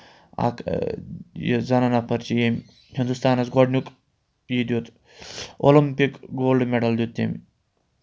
اَکھ یہِ زَنان نَفَر چھِ ییٚمۍ ہِندُستانَس گۄڈٕنیُک یہِ دیُت اولَمپِک گولڈ میڈَل دیُت تٔمۍ